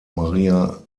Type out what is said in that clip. maría